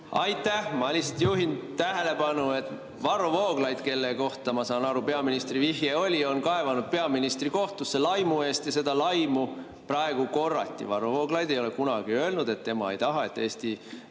Aitäh! Ma lihtsalt juhin tähelepanu, et Varro Vooglaid, kelle kohta, ma saan aru, peaministri vihje oli, on kaevanud peaministri kohtusse laimu eest ja seda laimu praegu korrati. Varro Vooglaid ei ole kunagi öelnud, et tema ei taha, et Eesti